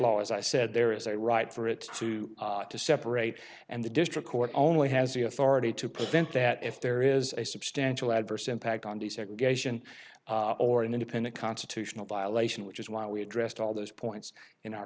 law as i said there is a right for it to to separate and the district court only has the authority to prevent that if there is a substantial adverse impact on desegregation or an independent constitutional violation which is why we addressed all those points in our